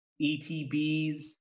ETBs